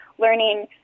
learning